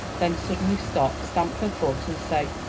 then suddenly stop, stamp her foot, and say,